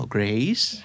Grace